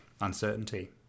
uncertainty